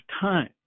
time